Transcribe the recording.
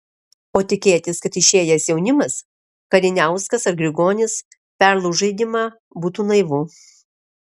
o tikėtis kad išėjęs jaunimas kariniauskas ar grigonis perlauš žaidimą būtų naivu